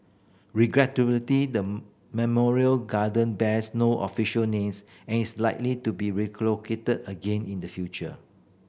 the memorial garden bears no official names and is likely to be relocated again in the future